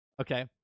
okay